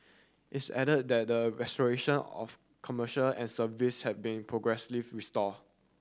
it's added that the restoration of commercial and service had been progressively restore